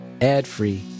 Ad-free